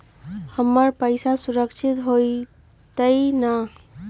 हमर पईसा सुरक्षित होतई न?